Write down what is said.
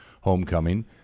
homecoming